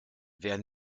wer